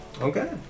Okay